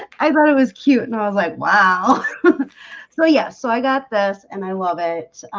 i thought it was cute and i was like wow so, yes, so i got this and i love it